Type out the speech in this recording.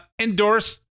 endorse